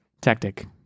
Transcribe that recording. Tactic